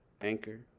Anchor